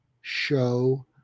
show